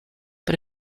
but